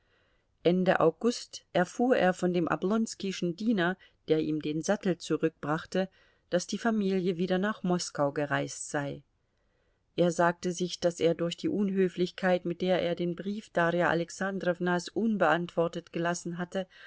ende august erfuhr er von dem oblonskischen diener der ihm den sattel zurückbrachte daß die familie wieder nach moskau gereist sei er sagte sich daß er durch die unhöflichkeit mit der er den brief darja alexandrownas unbeantwortet gelassen hatte